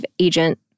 agent